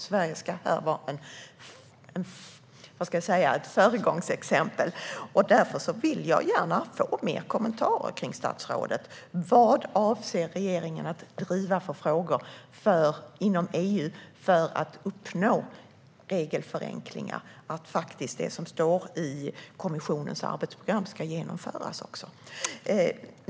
Sverige ska där vara ett föregångsexempel, och därför vill jag gärna få fler kommentarer från statsrådet om vilka frågor regeringen avser att driva inom EU för att uppnå regelförenklingar och för att det som står i kommissionens arbetsprogram ska genomföras.